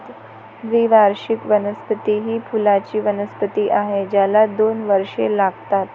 द्विवार्षिक वनस्पती ही फुलांची वनस्पती आहे ज्याला दोन वर्षे लागतात